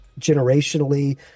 generationally